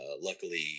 luckily